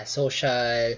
social